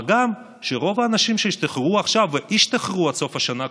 מה גם שרוב האנשים שישתחררו עכשיו או ישתחררו עד סוף השנה,